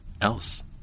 else